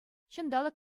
ҫанталӑк